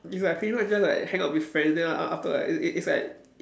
it's like pretty much just like hang out with friends then a~ after like it it's like